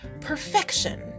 perfection